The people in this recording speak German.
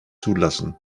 zulassen